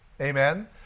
Amen